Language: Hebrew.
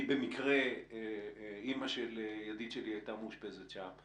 אני במקרה, אימא של ידיד שלי הייתה מאושפזת שם.